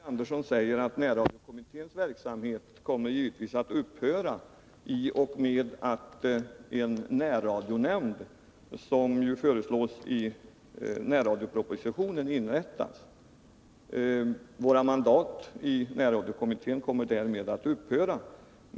Fru talman! Georg Andersson säger att närradiokommitténs verksamhet givetvis kommer att upphöra i och med inrättandet av en närradionämnd, som föreslås i närradiopropositionen. Våra mandat i närradiokommittén kommer därmed att upphöra.